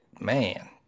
man